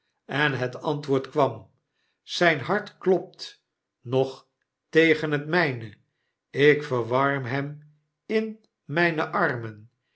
en het antwoord kwam zyn hart klopt nog tegen het mijne ik verwarm hem in myne armen